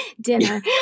dinner